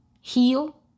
heal